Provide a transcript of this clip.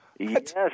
Yes